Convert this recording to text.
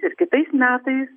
ir kitais metais